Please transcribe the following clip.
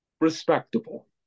respectable